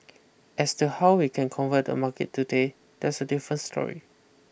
as to how we can convert the market today that's a different story